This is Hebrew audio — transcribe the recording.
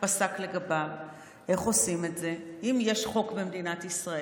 קבע ובמובן מסוים גם לחיילי מילואים שעושים שירות במקומות מסוימים בצבא,